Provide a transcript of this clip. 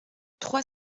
trois